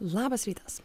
labas rytas